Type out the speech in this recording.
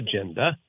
agenda